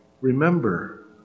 remember